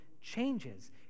changes